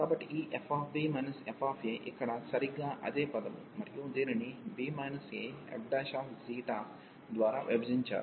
కాబట్టి ఈ fb faఇక్కడ సరిగ్గా అదే పదము మరియు దీనిని fద్వారా విభజించారు